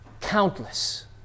countless